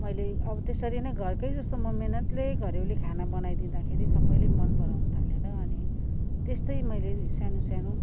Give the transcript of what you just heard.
मैले अब त्यसरी नै घरकै जस्तै म मिहिनेतले घरेउली खाना बनाइदिँदाखेरि सबैले मनपराउन थाले र अनि त्यस्तै मैले सानो सानो